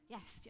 Yes